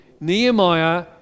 Nehemiah